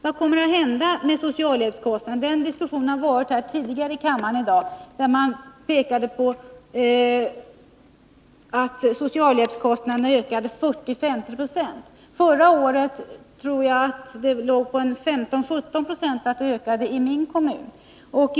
Vad kommer att hända med socialhjälpskostnaderna? Den diskussionen har varit aktuell tidigare i kammaren i dag. Man pekade då på att socialhjälpskostnaderna ökade med 40-50 96. Förra året ökade de med 15-17 90 i min kommun, tror jag.